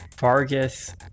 vargas